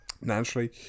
naturally